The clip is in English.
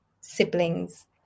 siblings